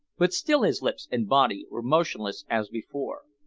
but still his lips and body were motionless as before.